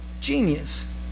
genius